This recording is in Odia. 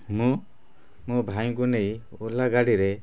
ମୁଁ ମୋ ଭାଇଙ୍କୁ ନେଇ ଓଲା ଗାଡ଼ିରେ